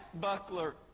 buckler